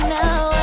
now